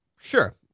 sure